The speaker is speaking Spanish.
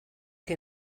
que